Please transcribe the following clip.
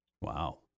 Wow